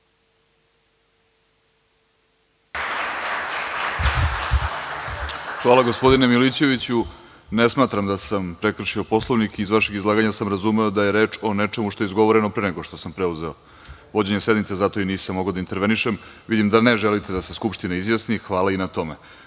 Hvala, gospodine Milićeviću. Ne smatram da sam prekršio Poslovnik. Iz vašeg izlaganja sam razumeo da je reč o nečemu što je izgovoreno pre nego što sam preuzeo vođenje sednice. Zato i nisam mogao da intervenišem. Vidim da ne želite da se Skupština izjasni. Hvala i na tome. Sada